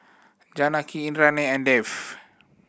Janaki Indranee and Dev